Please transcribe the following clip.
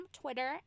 Twitter